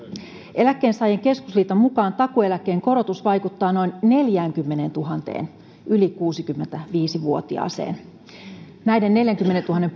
eläkkeensaajien keskusliiton mukaan takuueläkkeen korotus vaikuttaa noin neljäänkymmeneentuhanteen yli kuusikymmentäviisi vuotiaaseen näiden neljänkymmenentuhannen